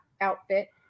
outfit